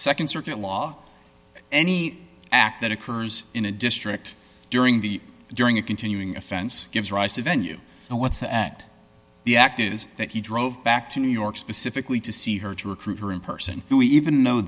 nd circuit law any act that occurs in a district during the during a continuing offense gives rise to venue and what's the act the act is that he drove back to new york specifically to see her to recruit her in person and we even know